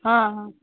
हां